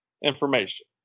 information